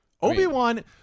Obi-Wan